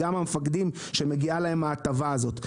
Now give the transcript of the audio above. גם המפקדים שמגיעה להם ההטבה הזאת.